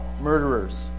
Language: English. murderers